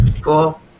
Cool